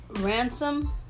ransom